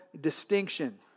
distinction